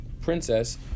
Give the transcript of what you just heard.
princess